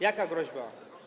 Jaka groźba?